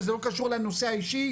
וזה לא קשור לנושא האישי,